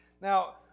Now